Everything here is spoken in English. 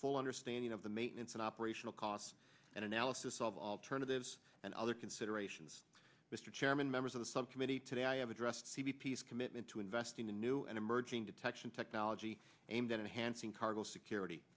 full understanding of the maintenance and operational costs and analysis of alternatives and other considerations mr chairman members of the subcommittee today i have addressed c b p s commitment to invest in a new and emerging detection technology aimed at hanson cargo security